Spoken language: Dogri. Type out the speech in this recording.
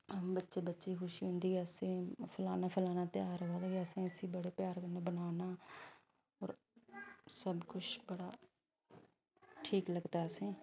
बच्चे बच्चे गी खुशी होंदी कि फलाना फलाना ध्योहार अवा दा ते असैं इसी बड़े प्यार कन्नै बनाना ऐ और सब कुश बड़ा ठीक लगदा असेंगी